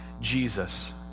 Jesus